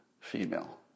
female